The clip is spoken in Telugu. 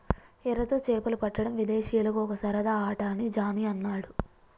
ఎరతో చేపలు పట్టడం విదేశీయులకు ఒక సరదా ఆట అని జానీ అన్నాడు